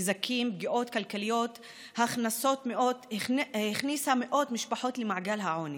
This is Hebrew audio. נזקים ופגיעות כלכליות הכניסו מאות משפחות למעגל העוני.